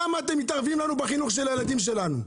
למה אתם מתערבים לנו בחינוך של הילדים שלנו?